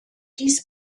dies